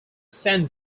san